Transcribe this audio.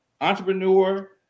entrepreneur